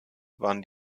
waren